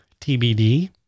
TBD